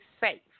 safe